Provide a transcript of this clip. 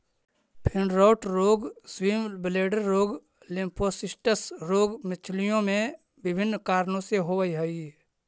fin rot रोग, swim bladder रोग, lymphocystis रोग मछलियों में विभिन्न कारणों से होवअ हई